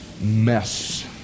mess